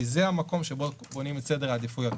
כי זה המקום שבו בונים את סדרי העדיפויות.